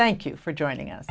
thank you for joining us